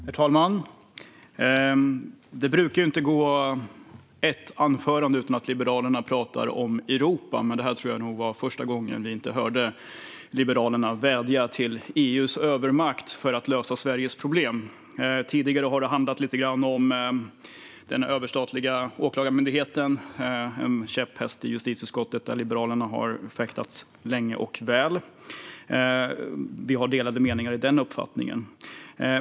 Herr talman! Det brukar inte gå ett anförande utan att Liberalerna talar om Europa. Det här tror jag var första gången vi inte hörde Liberalerna vädja till EU:s övermakt för att lösa Sveriges problem. Tidigare har det handlat om den överstatliga åklagarmyndigheten - en käpphäst i justitieutskottet, där Liberalerna har fäktats länge och väl. Vi har delade meningar i den frågan.